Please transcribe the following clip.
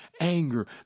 anger